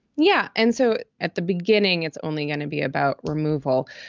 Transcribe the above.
yeah and so at the beginning, it's only going to be about removal.